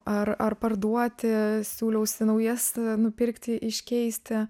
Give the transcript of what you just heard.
ar ar parduoti siūliausi naujas nupirkti iškeisti